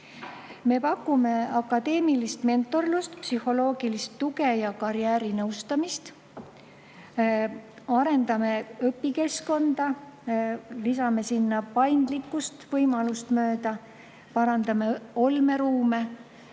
Me pakume akadeemilist mentorlust, psühholoogilist tuge ja karjäärinõustamist. Arendame õpikeskkonda. Lisame sinna paindlikkust, võimalust mööda parandame olmeruume.